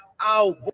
out